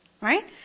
Right